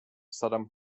saddam